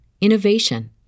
innovation